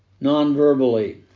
non-verbally